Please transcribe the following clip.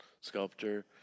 sculptor